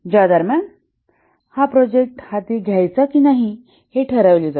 ज्या दरम्यान हा प्रोजेक्ट हाती घ्यायचा की नाही हे ठरवतात